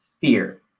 fear